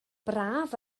braf